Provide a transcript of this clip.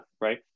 right